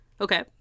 Okay